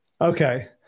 Okay